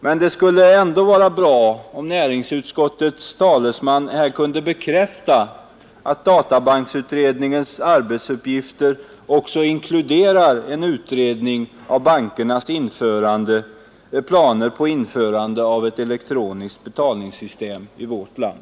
Men det skulle vara bra om näringsutskottets talesman här kunde bekräfta att databanksutredningens arbetsuppgifter också inkluderar en utredning av bankernas planer på införande av ett elektroniskt betalningssystem i vårt land.